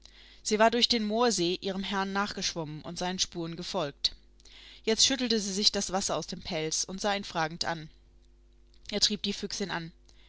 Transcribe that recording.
sie war durch den moorsee ihrem herrn nachgeschwommen und seinen spuren gefolgt jetzt schüttelte sie sich das wasser aus dem pelz und sah ihn fragend an er trieb die füchsin an